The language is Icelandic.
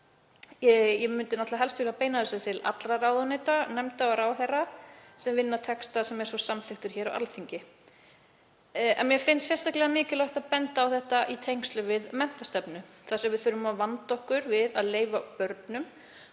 Ég myndi helst vilja beina þessu til allra ráðuneyta, nefnda og ráðherra sem vinna texta sem er samþykktur á Alþingi. Mér finnst þó sérstaklega mikilvægt að benda á þetta í tengslum við menntastefnu þar sem við þurfum að vanda okkur við að leyfa börnum